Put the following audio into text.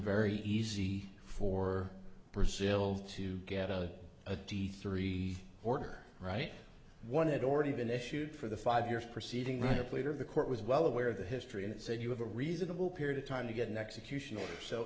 very easy for brazil to get a a d three order right one had already been issued for the five years proceeding right up later the court was well aware of the history and said you have a reasonable period of time to get an execution so